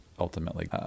ultimately